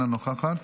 אינה נוכחת,